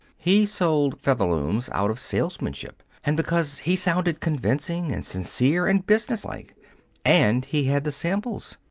he sold featherlooms out of salesmanship, and because he sounded convincing and sincere and businesslike and he had the samples.